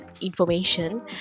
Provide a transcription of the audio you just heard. information